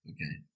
Okay